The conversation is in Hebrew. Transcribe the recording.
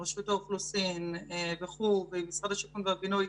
עם רשות האוכלוסין ועם משרד השיכון והבינוי